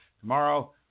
tomorrow